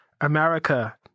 America